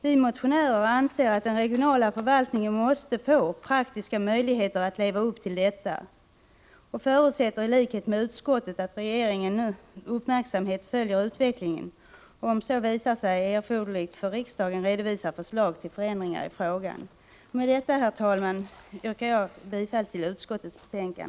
Vi motionärer anser att den regionala förvaltningen måste få praktiska möjligheter att leva upp till detta och förutsätter i likhet med utskottet att regeringen med uppmärksamhet följer utvecklingen och om så visar sig erforderligt för riksdagen redovisar förslag till förändringar i frågan. Med detta, herr talman, yrkar jag bifall till utskottets hemställan.